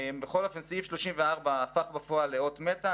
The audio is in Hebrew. בכל אופן סעיף 34 הפך בפועל לאות מתה,